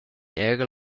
era